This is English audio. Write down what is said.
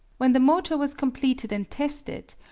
when the motor was completed and tested,